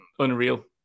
Unreal